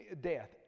death